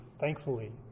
thankfully